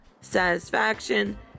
satisfaction